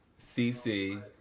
CC